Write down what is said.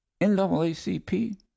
NAACP